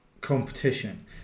competition